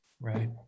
Right